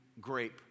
grape